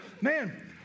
man